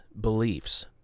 beliefs